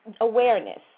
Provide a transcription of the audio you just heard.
awareness